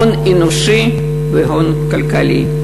הון אנושי והון כלכלי,